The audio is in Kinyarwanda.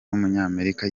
w’umunyamerika